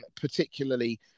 particularly